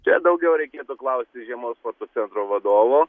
čia daugiau reikėtų klausti žiemos sporto centro vadovo